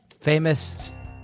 famous